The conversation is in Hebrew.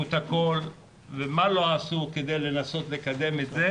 את הכול ומה לא עשו כדי לנסות לקדם את זה.